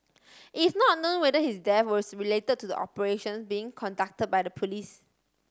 it's not known whether his death was C relate to the operations being conduct by the police